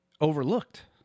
overlooked